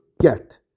get